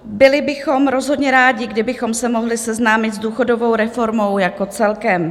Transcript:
Byli bychom rozhodně rádi, kdybychom se mohli seznámit s důchodovou reformou jako celkem.